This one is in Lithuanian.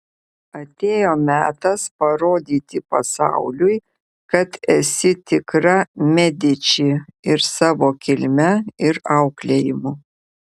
atėjo metas parodyti pasauliui kad esi tikra mediči ir savo kilme ir auklėjimu